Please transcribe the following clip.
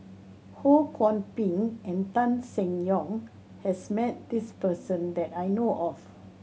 Ho Kwon Ping and Tan Seng Yong has met this person that I know of